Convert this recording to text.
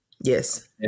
Yes